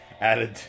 Added